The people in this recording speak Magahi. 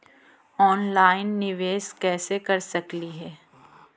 ऑनलाइन निबेस कैसे कर सकली हे?